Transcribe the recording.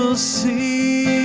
ah c